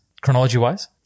chronology-wise